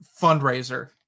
fundraiser